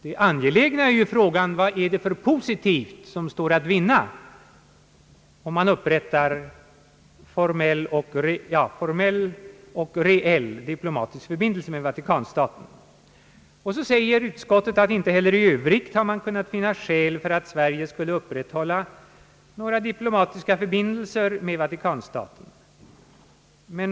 Det angelägna i denna fråga är ju vad som positivt sett står att vinna genom att upprätta formell och reell diplomatisk förbindelse med Vatikanstaten. Utskottet säger vidare, att det inte heller i övrigt har kunnat finna skäl för att Sverige skall upprätthålla några diplomatiska förbindelser med Vatikanstaten.